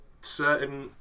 certain